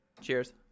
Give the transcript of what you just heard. Cheers